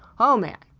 oh man!